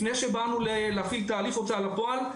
לפני שבאנו להפעיל את הליך ההוצאה לפועל,